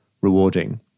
rewarding